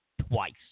twice